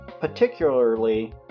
particularly